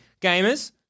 gamers